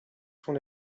son